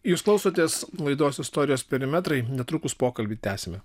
jūs klausotės laidos istorijos perimetrai netrukus pokalbį tęsime